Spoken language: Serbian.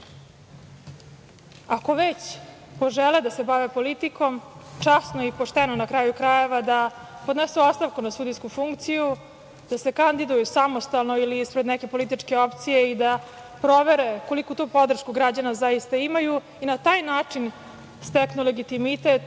već, požele da se bave politikom časno i pošteno na kraju krajeva da podnesu ostavku na sudijsku funkciju, da se kandiduju samostalno ili ispred neke političke opcije i da provere koliku tu podršku građana zaista imaju i na taj način steknu legitimitet